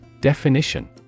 Definition